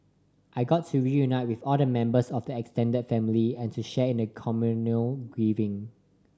I got to reunite with all the members of the extended family and to share in the communal grieving